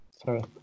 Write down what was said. Sorry